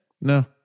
No